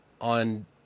on